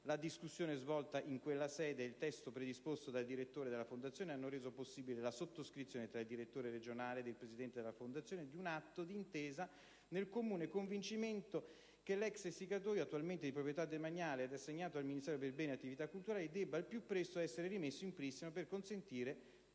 La discussione svolta in quella sede ed il testo predisposto dal direttore della Fondazione hanno reso possibile la sottoscrizione, tra il direttore regionale ed il presidente della Fondazione, di un atto di intesa nel comune convincimento che l'ex Essiccatoio, attualmente di proprietà demaniale ed assegnato al Ministero per beni e le attività culturali, debba al più presto essere rimesso in pristino per consentirne